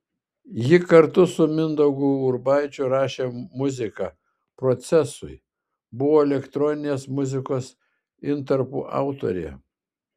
ji kartu su mindaugu urbaičiu rašė muziką procesui buvo elektroninės muzikos intarpų autorė